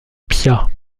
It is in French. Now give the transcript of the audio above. pia